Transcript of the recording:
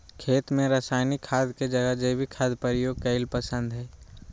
खेत में रासायनिक खाद के जगह जैविक खाद प्रयोग कईल पसंद हई